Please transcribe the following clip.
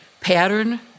pattern